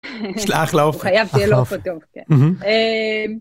יש לה אחלה אוכל. חייב שיהיה לה אוכל טוב